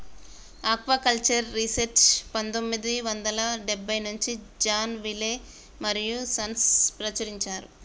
aquaculture research పందొమ్మిది వందల డెబ్బై నుంచి జాన్ విలే మరియూ సన్స్ ప్రచురించారు